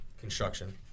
construction